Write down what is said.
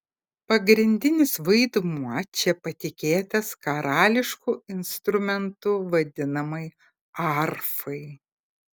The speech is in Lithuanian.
pagrindinis vaidmuo čia patikėtas karališku instrumentu vadinamai arfai